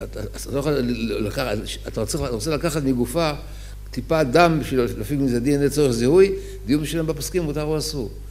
אתה רוצה לקחת מגופה טיפה דם בשביל להפיק מזה DNA צורך זיהוי? דיום שלא בפסקים, מותר או אסור.